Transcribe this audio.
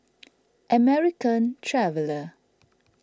American Traveller